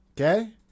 okay